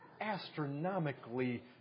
astronomically